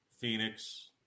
Phoenix